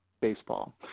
baseball